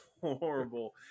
horrible